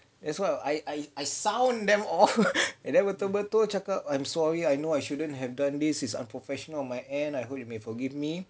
that's why I I I sound them all then betul-betul cakap I'm sorry I know I shouldn't have done this is it's unprofessional on my end I hope you may forgive me